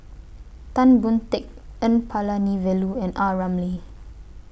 Tan Boon Teik N Palanivelu and A Ramli